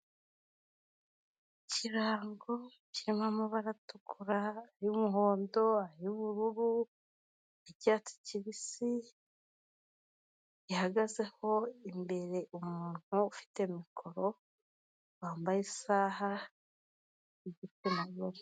Ikirango kirimo amabara atukura, ay'umuhondo, ay'ubururu, ay'icyatsi kibisi, gihagazeho imbere umuntu ufite mikoro wambaye isaha w'igitsina gore.